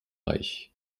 reich